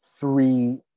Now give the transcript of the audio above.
three